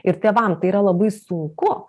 ir tėvam tai yra labai sunku